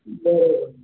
બરાબર